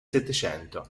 settecento